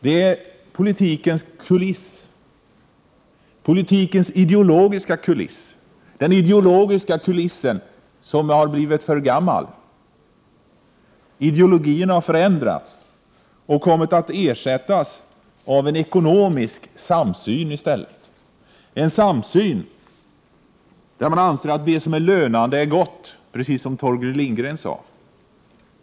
Den är politikens ideologiska kuliss, som har blivit för gammal. Ideologierna har förändrats och i stället kommit att ersättas av en ekonomisk samsyn — en samsyn som innebär att man anser att det som är lönande är gott, precis som Torgny Lindgren sade.